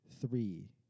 three